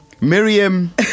Miriam